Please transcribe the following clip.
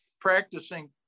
practicing